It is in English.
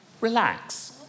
Relax